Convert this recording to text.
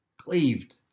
cleaved